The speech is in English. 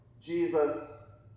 Jesus